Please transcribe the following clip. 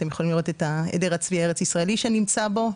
אתם יכולים לראות את עדר הצבי הארץ-הישראלי שנמצא בו,